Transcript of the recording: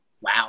Wow